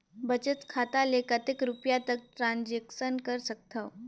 बचत खाता ले कतेक रुपिया तक ट्रांजेक्शन कर सकथव?